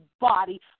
body